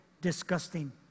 disgusting